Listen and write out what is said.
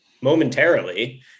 momentarily